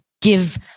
give